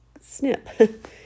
snip